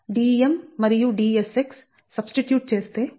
Dm మరియు Dsx substitute చేస్తే మీకు Lx 0